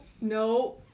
no